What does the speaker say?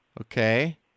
Okay